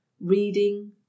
reading